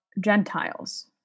gentiles